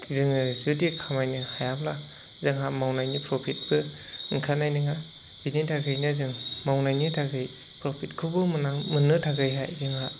जोङो जुदि खामायनो हायाब्ला जोंहा मावनायनि प्रफिटफोर ओंखारनाय नङा बेनि थाखायनो जों मावनायनि थाखाय प्रफिटखौबो मोननो थाखायहाय जोंहा